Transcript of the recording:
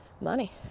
money